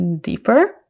deeper